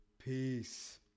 Peace